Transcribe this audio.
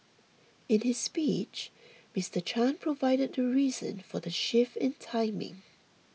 in his speech Mister Chan provided the reason for the shift in timing